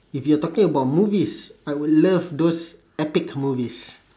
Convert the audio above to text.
if you are talking about movies I would love those epic movies